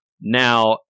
Now